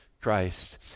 Christ